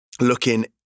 looking